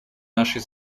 нашей